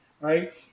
right